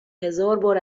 هزاربار